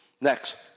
Next